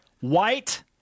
white